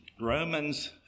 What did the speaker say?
Romans